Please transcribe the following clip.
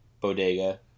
bodega